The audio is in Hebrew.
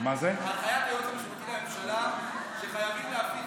הנחיית היועץ המשפטי לממשלה היא שחייבים להפיץ